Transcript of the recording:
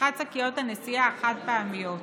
בצריכת שקיות הנשיאה החד-פעמיות.